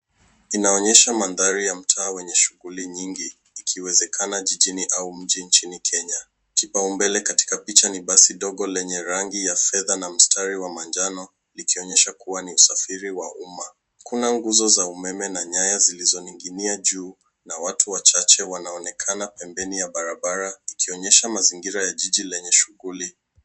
Inaonyesha mandhari ya mtaa wenye shughuli nyingi ikiwezekana jijini au mji nchini Kenya. Kipau mbele katika picha ni basi ndogo lenye rangi ya fedha na mstari wa manjano ikionyesha kuwa ni usafiri ya umma. Kuna nguzo za umeme na nyaya zilizoning'nia juu na watu wachache wanaonekana pembeni ya barabara wakionyesha mazingira ya jiji lenye shughuli.